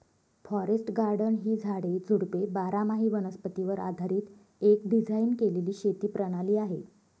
forest garden ही झाडे, झुडपे बारामाही वनस्पतीवर आधारीत एक डिझाइन केलेली शेती प्रणाली आहे